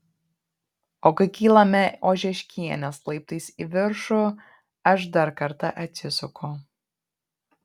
o kai kylame ožeškienės laiptais į viršų aš dar kartą atsisuku